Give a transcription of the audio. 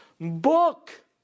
book